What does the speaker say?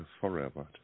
forever